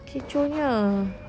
kecohnya